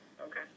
Okay